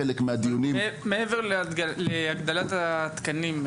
מעבר להגדלת התקנים,